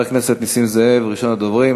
חבר הכנסת נסים זאב, ראשון הדוברים.